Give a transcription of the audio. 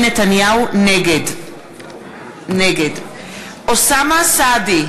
נגד אוסאמה סעדי,